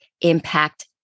impact